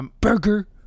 Burger